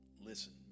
listen